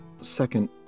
second